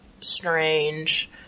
strange